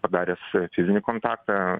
padaręs fizinį kontaktą